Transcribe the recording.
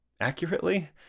accurately